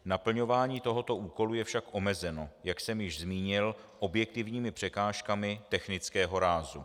Naplňování tohoto úkolu je však omezeno, jak jsem již zmínil, objektivními překážkami technického rázu.